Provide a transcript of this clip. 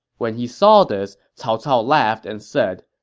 when he saw this, cao cao laughed and said,